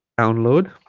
download